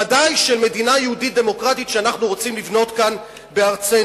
ודאי של מדינה יהודית-דמוקרטית שאנחנו רוצים לבנות כאן בארצנו,